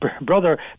brother